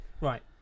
Right